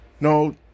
No